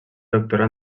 doctorà